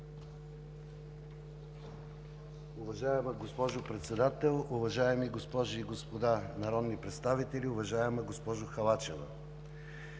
Уважаема госпожо Председател, уважаеми госпожи и господа народни представители! Уважаема доктор Найденова,